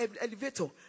elevator